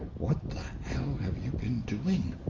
what the hell have you been doing?